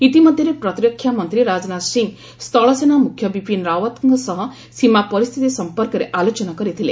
ଇତିମଧ୍ୟରେ ପ୍ରତିରକ୍ଷା ମନ୍ତ୍ରୀ ରାଜନାଥ ସିଂ ସ୍ଥଳସେନା ମୁଖ୍ୟ ବିପିନ ରାଓ୍ୱତ୍ଙ୍କ ସହ ସୀମା ପରିସ୍ଥିତି ସମ୍ପର୍କରେ ଆଲୋଚନା କରିଥିଲେ